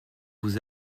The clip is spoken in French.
vous